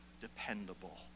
dependable